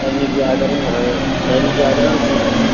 दैनिक जागरण है दैनिक जागरण भी है